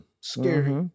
Scary